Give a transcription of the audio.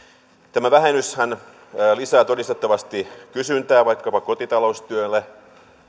tämä vähennyshän lisää todistettavasti kysyntää vaikkapa kotitaloustyölle